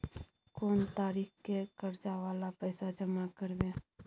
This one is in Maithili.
कोन तारीख के कर्जा वाला पैसा जमा करबे?